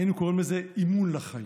היינו קוראים לזה "אימון לחיים".